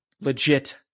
legit